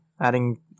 Adding